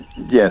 Yes